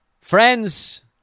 Friends